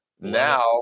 now